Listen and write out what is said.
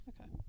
Okay